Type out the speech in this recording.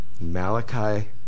Malachi